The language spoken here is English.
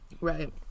Right